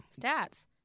Stats